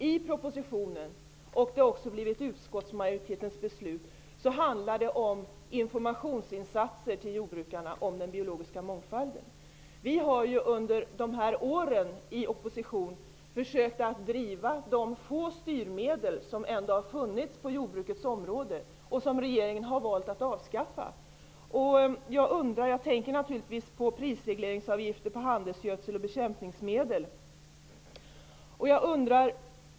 I propositionen handlar det om informationsinsatser riktade till jordbrukarna om den biologiska mångfalden, vilket också har blivit utskottsmajoritetens beslut. Under åren i opposition har vi försökt att vara pådrivande när det gäller de få styrmedel som ändå har funnits på jordbrukets område och som regeringen har valt att avskaffa. Jag tänker då naturligtvis på prisregleringsavgifter på handelsgödsel och bekämpningsmedel.